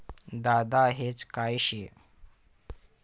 दादा हेज काय शे?